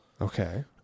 Okay